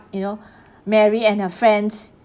you know mary and her friends